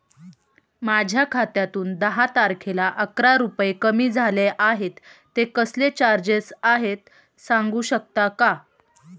माझ्या खात्यातून दहा तारखेला अकरा रुपये कमी झाले आहेत ते कसले चार्जेस आहेत सांगू शकता का?